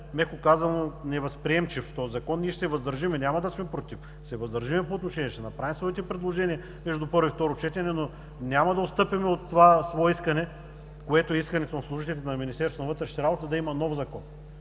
меко казано, невъзприемлив този закон. Ние ще се въздържим, няма да сме против. Ще се въздържим, ще направим своите предложения между първо и второ четене, но няма да отстъпим от това свое искане, което е искане на служителите на Министерството на вътрешните работи, да има нов закон.